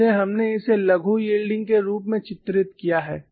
इसीलिए हमने इसे लघु यील्डइंग के रूप में चित्रित किया है